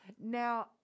now